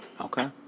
Okay